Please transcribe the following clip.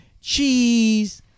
cheese